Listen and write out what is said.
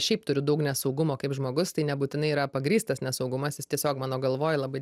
šiaip turiu daug nesaugumo kaip žmogus tai nebūtinai yra pagrįstas nesaugumas jis tiesiog mano galvoj labai